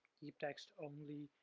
keep text only,